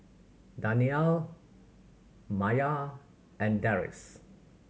Danial Maya and Deris